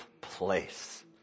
place